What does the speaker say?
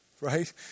right